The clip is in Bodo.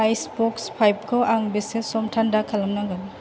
आइस बक्स पाइपखौ आं बेसे सम थान्दा खालामनांगोन